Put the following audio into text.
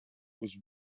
was